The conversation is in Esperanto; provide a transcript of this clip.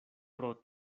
pro